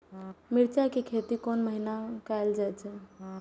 मिरचाय के खेती कोन महीना कायल जाय छै?